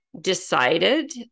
decided